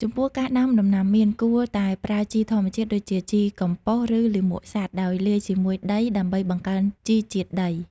ចំពោះការដាំដំណាំមៀន គួរតែប្រើជីធម្មជាតិដូចជាជីកំប៉ុស្តិ៍ ឬលាមកសត្វ ដោយលាយជាមួយដីដើម្បីបង្កើនជីជាតិដី។